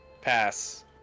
Pass